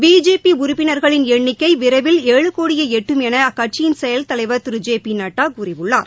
BJP உறுப்பினர்களின் எண்ணிக்கை விரைவில் ஏழு கோடியை எட்டும் என அக்கட்சியின் செயல் தலைவர் திரு ஜே பி நட்டா கூறியுள்ளார்